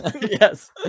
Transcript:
Yes